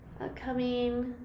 upcoming